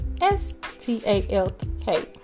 S-T-A-L-K